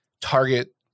Target